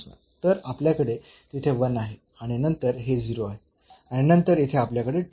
तर आपल्याकडे तिथे 1 आहे आणि नंतर हे 0 आहे आणि नंतर येथे आपल्याकडे 2 आहे